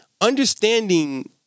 understanding